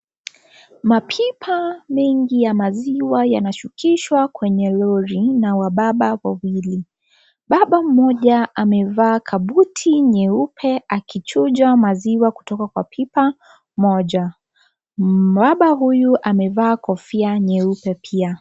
Mapipa mengi ya maziwa yanashukishwa kwenye lori na wababa wawili, baba mmoja amevaa kabuti nyeupe akichuja maziwa kutoka kwa pipa moja, baba huyu amevaa kofia nyeupe pia.